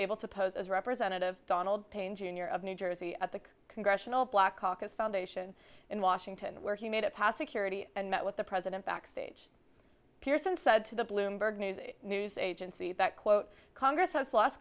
able to pose as a representative donald payne jr of new jersey at the congressional black caucus foundation in washington where he made it past security and met with the president backstage pearson said to the bloomberg news agency that quote congress has lost